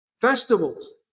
festivals